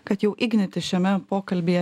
kad jau ignitis šiame pokalbyje